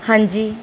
ਹਾਂਜੀ